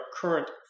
current